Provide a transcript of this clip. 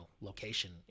location